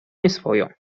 nieswojo